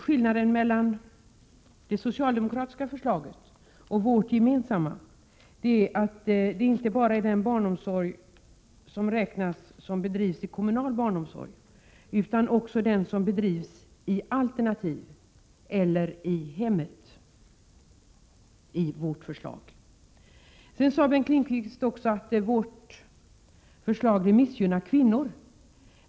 Skillnaden mellan det socialdemokratiska förslaget och de borgerliga partiernas gemensamma förslag är att det i vårt förslag inte bara är den barnomsorg som bedrivs i kommunal regi som räknas utan också den barnomsorg som bedrivs i alternativ eller i hemmet. Sedan sade Bengt Lindqvist att vårt förslag om vårdnadsbidrag missgynnar kvinnor.